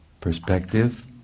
perspective